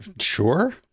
Sure